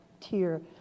tier